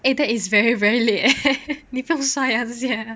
eh that is very very late eh 你不用 swipe ah 这些